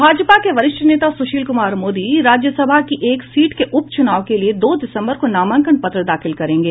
भाजपा के वरिष्ठ नेता सुशील कुमार मोदी राज्य सभा की एक सीट के उपचुनाव के लिए दो दिसम्बर को नामांकन पत्र दाखिल करेंगे